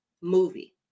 movie